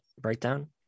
breakdown